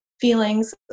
feelings